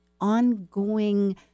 ongoing